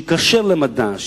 שייקשר למדע,